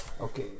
Okay